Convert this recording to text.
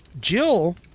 Jill